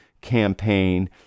campaign